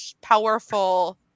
powerful